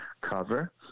cover